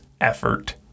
effort